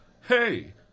Hey